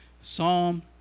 Psalm